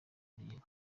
urugero